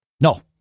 No